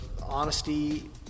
Honesty